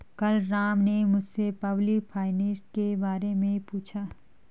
कल राम ने मुझसे पब्लिक फाइनेंस के बारे मे पूछा